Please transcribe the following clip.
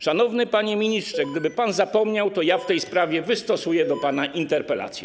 Szanowny panie ministrze, gdyby pan zapomniał, to ja w tej sprawie wystosuję do pana interpelację.